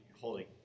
holy